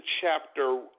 chapter